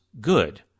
good